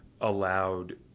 allowed